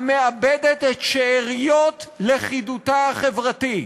המאבדת את שאריות לכידותה החברתית.